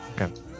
Okay